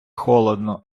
холодно